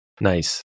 Nice